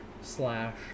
Slash